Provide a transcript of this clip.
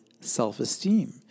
self-esteem